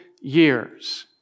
years